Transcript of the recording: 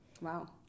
Wow